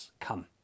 come